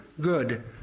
good